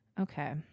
Okay